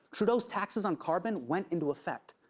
trudeau's taxes on carbon went into effect,